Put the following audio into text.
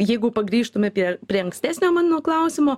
jeigu pagrįžtume pie prie ankstesnio mano klausimo